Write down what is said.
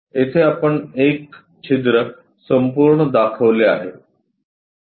येथे आपण एक छिद्र संपूर्ण दाखविले आहे